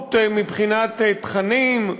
איכות מבחינת תכנים,